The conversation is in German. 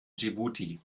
dschibuti